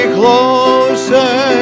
closer